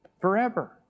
forever